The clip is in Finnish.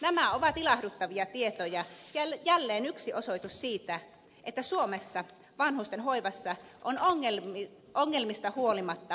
nämä ovat ilahduttavia tietoja ja jälleen yksi osoitus siitä että suomessa vanhustenhoivassa on ongelmista huolimatta paljon hyvää